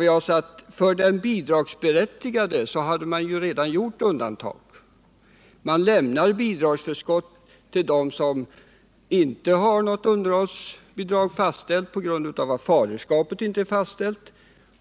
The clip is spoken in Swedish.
vi oss att undantag redan hade gjorts för de bidragsberättigade. Bidragsförskott utgår till dem som inte har något fastställt underhåll på grund av att faderskapet inte är fastställt.